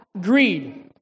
greed